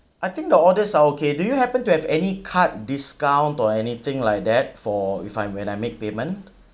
I think the orders are okay do you happen to have any card discount or anything like that for if I'm when I make payment